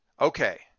Okay